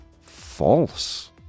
False